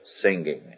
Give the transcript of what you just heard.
singing